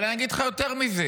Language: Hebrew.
אבל אני אגיד לך יותר מזה,